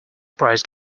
prize